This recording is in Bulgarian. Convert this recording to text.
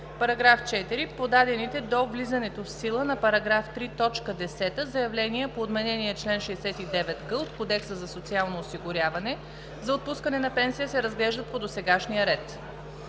§ 4: „§ 4. Подадените до влизането в сила на § 3, т. 10 заявления по отменения чл. 69г от Кодекса за социално осигуряване за отпускане на пенсия се разглеждат по досегашния ред.“